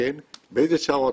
באיזה שעות,